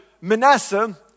Manasseh